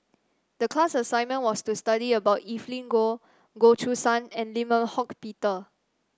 the class assignment was to study about Evelyn Goh Goh Choo San and Lim Eng Hock Peter